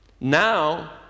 now